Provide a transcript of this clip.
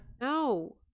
No